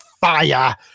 fire